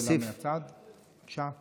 עוד שאלה מהצד, בבקשה.